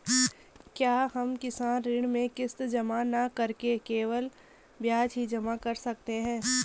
क्या हम किसान ऋण में किश्त जमा न करके केवल ब्याज ही जमा कर सकते हैं?